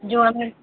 ଯୋଉ ଆମେ